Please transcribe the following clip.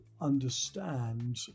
understand